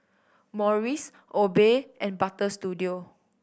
Morries Obey and Butter Studio